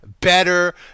better